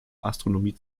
astronomie